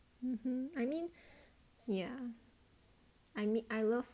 I mean ya I mean I love